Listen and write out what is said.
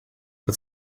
but